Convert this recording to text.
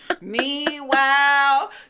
Meanwhile